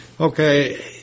okay